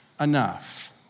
enough